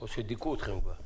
או שכבר דיכאו אתכם.